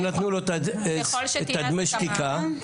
הם נתנו דמי שתיקה,